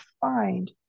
find